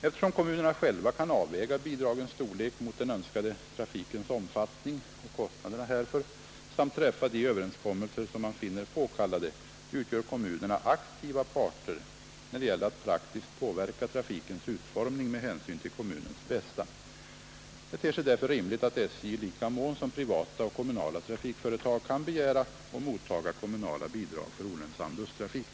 Eftersom kommunerna själva kan avväga bidragens storlek mot den önskade trafikens omfattning och kostnaderna härför samt träffa de överenskommelser som man finner påkallade, utgör kommunerna aktiva parter när det gäller att praktiskt påverka trafikens utformning med hänsyn till kommunens bästa. Det ter sig därför rimligt att SJ — i lika mån som privata och kommunala trafikföretag — kan begära och mottaga kommunala bidrag för olönsam busstrafik.